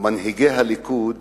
שמנהיגי הליכוד